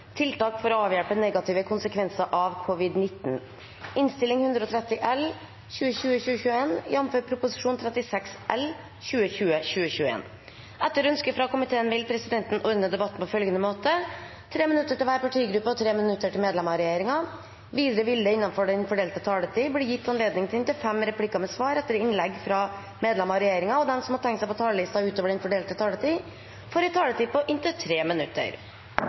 på følgende måte: 3 minutter til hver partigruppe og 3 minutter til medlem av regjeringen. Videre vil det – innenfor den fordelte taletid – bli gitt anledning til inntil fem replikker med svar etter innlegg fra medlem av regjeringen, og de som måtte tegne seg på talerlisten utover den fordelte taletid, får en taletid på inntil 3 minutter.